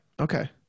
Okay